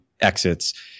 Exits